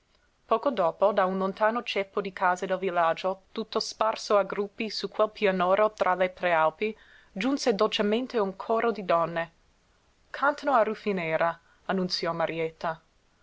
poco dopo da un lontano ceppo di case del villaggio tutto sparso a gruppi su quel pianoro tra le prealpi giunse dolcissimo un coro di donne cantano a rufinera annunziò marietta